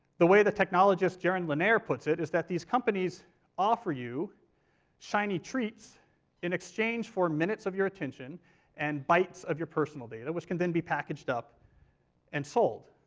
the way that technologist jaron lanier puts it is that these companies offer you shiny treats in exchange for minutes of your attention and bites of your personal data, which can then be packaged up and sold.